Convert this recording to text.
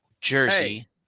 Jersey